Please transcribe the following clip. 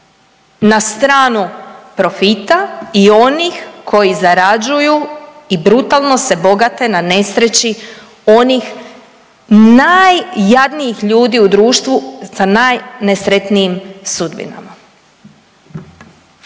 na stranu profita i onih koji zarađuju i brutalno se bogate na nesreći onih najjadnijih ljudi u društvu sa najnesretnijim sudbinama.